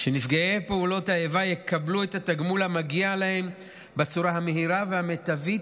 שנפגעי פעולות האיבה יקבלו את התגמול המגיע להם בצורה המהירה והמיטבית,